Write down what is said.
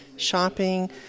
Shopping